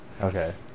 Okay